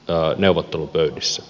tai neuvottelupöydässä